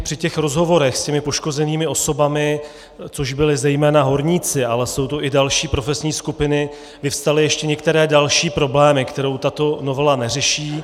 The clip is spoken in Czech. Při rozhovorech s těmi poškozenými osobami, což byli zejména horníci, ale jsou to i další profesní skupiny, vyvstaly ještě některé další problémy, které tato novela neřeší.